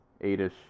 eight-ish